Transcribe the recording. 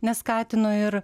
neskatinu ir